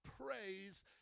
Praise